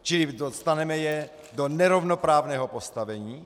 Čili dostaneme je do nerovnoprávného postavení.